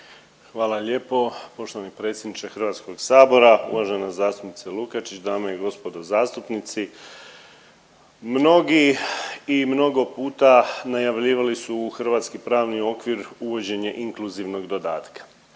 Hvala lijepo poštovani predsjedniče HS. Uvažena zastupnice Lukačić, dame i gospodo zastupnici, mnogi i mnogo puta najavljivali su u hrvatski pravni okvir uvođenje inkluzivnog dodatka,